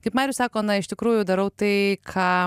kaip marius sako na iš tikrųjų darau tai ką